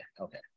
okay